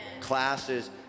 classes